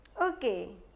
Okay